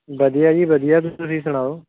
ਵਧੀਆ ਜੀ ਵਧੀਆ ਤੁਸੀਂ ਸੁਣਾਓ